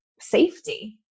safety